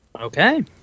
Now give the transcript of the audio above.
Okay